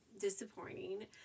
disappointing